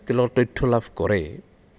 তেওঁলোকে তথ্য লাভ কৰে